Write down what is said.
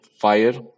fire